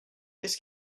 qu’est